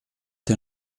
der